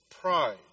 Pride